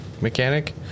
mechanic